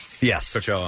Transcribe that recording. Yes